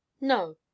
no